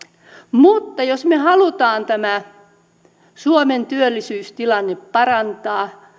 mutta jos me haluamme tämän suomen työllisyystilanteen parantaa